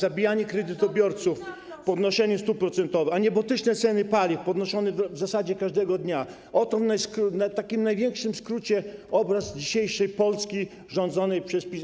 zabijanie kredytobiorców, podnoszenie stóp procentowych, niebotyczne ceny paliw, podnoszone w zasadzie każdego dnia - oto w największym skrócie obraz dzisiejszej Polski rządzonej przez PiS.